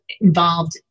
involved